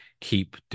keep